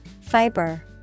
Fiber